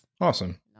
Awesome